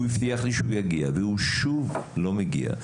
הוא הבטיח לי שהוא יגיע, והוא שוב לא מגיע.